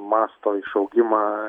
masto išaugimą